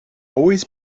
always